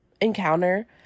encounter